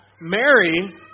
Mary